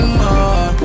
more